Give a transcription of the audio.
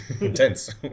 intense